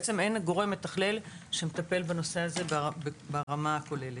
בעצם אין גורם מתכלל שמטפל בנושא הזה ברמה הכוללת.